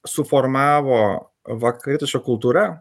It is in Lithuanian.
suformavo vakarietiška kultūra